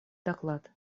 доклад